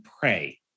pray